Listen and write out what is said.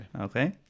Okay